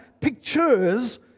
pictures